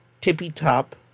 tippy-top